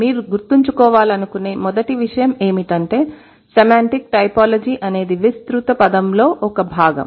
మీరు గుర్తుంచు కోవాలనుకునే మొదటి విషయం ఏమిటంటే సెమాంటిక్ టైపోలాజీ అనేది విస్తృత పదంలో ఒక భాగం